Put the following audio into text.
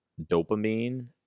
dopamine